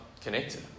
connected